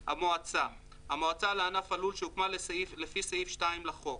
"המועצה" המועצה לענף הלול שהוקמה לפי סעיף 2 לחוק,